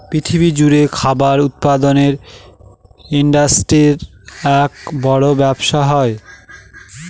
পৃথিবী জুড়ে খাবার উৎপাদনের ইন্ডাস্ট্রির এক বড় ব্যবসা হয়